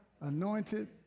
anointed